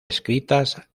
escritas